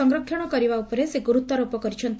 ସଂରକ୍ଷଣ କରିବା ଉପରେ ସେ ଗୁରୁତ୍ୱାରୋପ କରିଛନ୍ତି